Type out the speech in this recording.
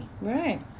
Right